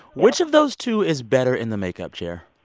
which of those two is better in the makeup chair?